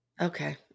Okay